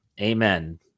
Amen